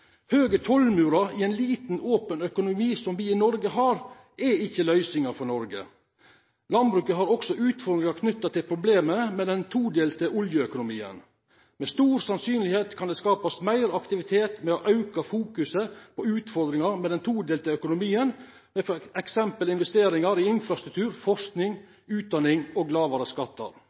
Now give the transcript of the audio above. Høge tollmurar i ein liten, open økonomi, som me har, er ikkje løysinga for Noreg. Landbruket har også utfordringar knytt til problema med den todelte oljeøkonomien. Med stor sannsynlegheit kan det skapast meir aktivitet gjennom å auka fokuset på utfordringane med den todelte økonomien med f.eks. investeringar i infrastruktur, forsking, utdanning og